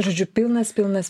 žodžiu pilnas pilnas